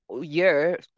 year